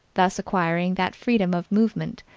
thus acquiring that freedom of movement,